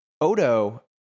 Odo